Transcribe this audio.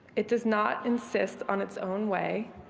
it does not insist on its own way.